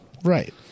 Right